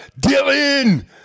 Dylan